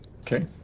Okay